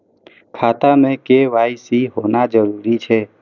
खाता में के.वाई.सी होना जरूरी छै?